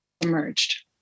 emerged